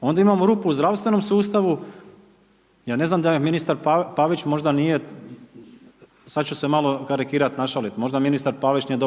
Onda imamo rupu u zdravstvenom sustavu, ja ne znam da je ministar Pavić možda nije, sad ću se malo karikirat, našaliti, možda ministar Pavić nije